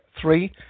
three